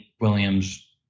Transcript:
Williams